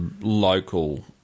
local